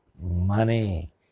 money